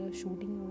shooting